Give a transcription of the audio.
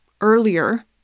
earlier